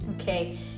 Okay